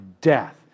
death